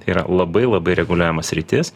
tai yra labai labai reguliuojama sritis